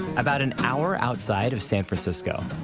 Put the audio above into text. about an hour outside of san francisco.